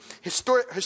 Historic